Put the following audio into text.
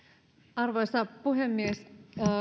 arvoisa puhemies